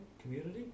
community